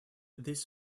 this